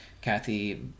Kathy